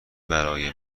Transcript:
برای